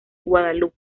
guadalupe